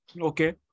Okay